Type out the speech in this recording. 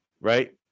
Right